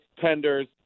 tenders